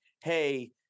hey